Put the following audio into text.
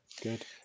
Good